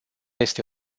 este